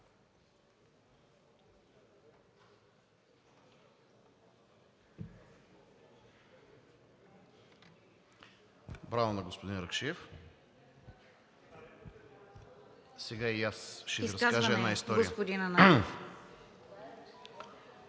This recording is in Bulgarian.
Браво на господин Ракшиев. Сега и аз ще разкажа една история.